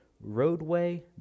Roadway